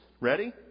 ready